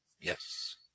Yes